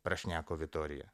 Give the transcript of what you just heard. prašneko vitorija